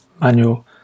Manual